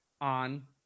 on